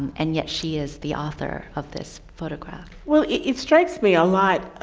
and yet she is the author of this photograph. well, it strikes me a lot